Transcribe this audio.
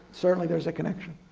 certainly there's a connection.